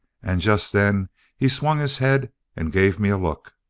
and just then he swung his head and gave me a look.